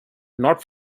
not